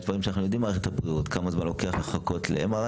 יש דברים שאנחנו יודעים על מערכת הבריאות כמה זמן לוקח לחכות ל-MRI,